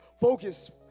Focus